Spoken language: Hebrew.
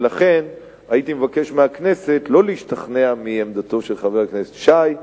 ולכן הייתי מבקש מהכנסת לא להשתכנע מעמדתו של חבר הכנסת שי,